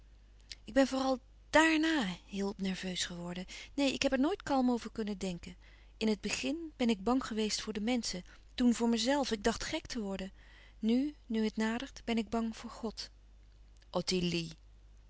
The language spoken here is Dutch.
ik ben vooral daàrnà heel nerveus geworden neen ik heb er nooit kalm over kunnen denken in het begin ben ik bang geweest voor de menschen toen voor mijzelf ik dacht gek te worden nu nu het nadert ben ik bang voor god